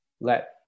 let